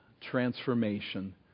transformation